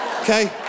Okay